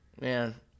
man